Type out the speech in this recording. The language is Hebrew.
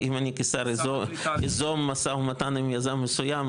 אם אני כשר יזום משא ומתן עם יזם מסוים,